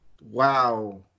wow